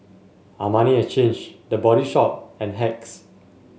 Armani Exchange The Body Shop and Hacks